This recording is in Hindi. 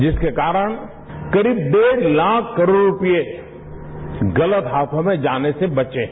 जिसके कारण करीब डेढ़ लाख करोड़ रूपये गलत हाथों में जाने से बचे हैं